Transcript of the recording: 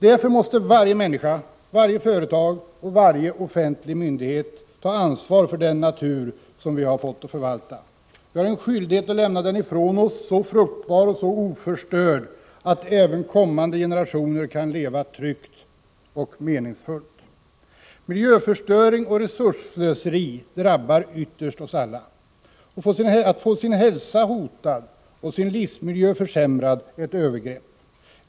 Därför måste varje människa, varje företag och varje offentlig myndighet ta ansvar för den natur vi har fått att förvalta. Vi har en skyldighet att lämna den ifrån oss så fruktbar och så oförstörd att även kommande generationer kan leva tryggt och meningsfullt. Miljöförstöring och resursslöseri drabbar ytterst oss alla. Att få sin hälsa hotad och sin livsmiljö försämrad är ett övergrepp.